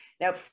Now